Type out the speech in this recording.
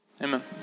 amen